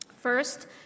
First